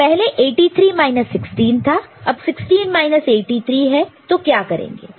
तो पहले 83 माइनस 16 था अब 16 माइनस 83 है तो क्या करेंगे